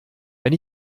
wenn